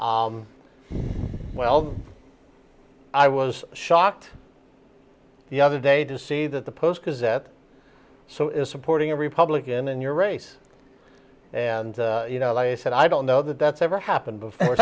day well i was shocked the other day to see that the so is supporting a republican in your race and you know like i said i don't know that that's ever happened before